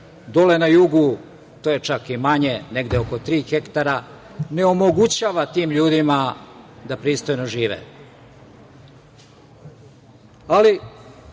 dole na jugu to je čak i manje, negde oko tri hektara, ne omogućava tim ljudima da pristojno žive. To